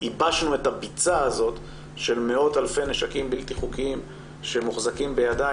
ייבשנו את הביצה הזאת של מאות-אלפי נשקים בלתי-חוקיים שמוחזקים בידיים